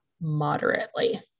moderately